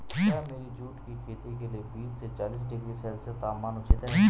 क्या मेरी जूट की खेती के लिए बीस से चालीस डिग्री सेल्सियस तापमान उचित है?